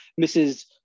Mrs